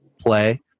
play